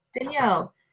Danielle